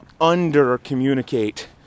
under-communicate